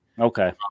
Okay